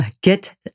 get